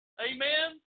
amen